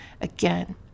again